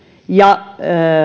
ja